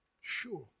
Sure